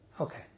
Okay